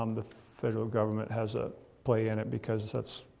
um the federal government has a play in it because that's,